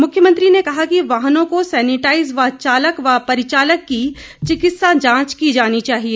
मुख्यमंत्री ने कहा कि वाहनों को सैनिटाइज व चालक व परिचालक की चिकित्सा जांच की जानी चाहिए